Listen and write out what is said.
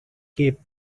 cape